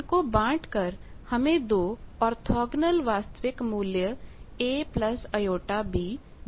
इनको बांट कर हमें दो ओर्थोगोनल वास्तविकमूल्य a jb मिलेंगे